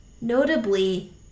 Notably